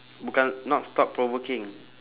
bukan not stop provoking